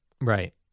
Right